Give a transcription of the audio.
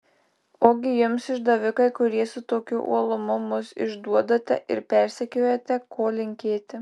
ogi jums išdavikai kurie su tokiu uolumu mus išduodate ir persekiojate ko linkėti